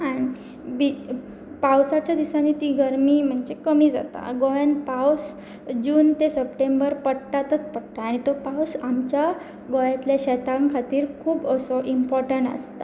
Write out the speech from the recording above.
आनी बी पावसाच्या दिसांनी ती गरमी म्हणजे कमी जाता गोंयान पावस जून ते सप्टेंबर पडटातच पडटा आनी तो पावस आमच्या गोंयातल्या शेतां खातीर खूब असो इम्पोर्टंट आसता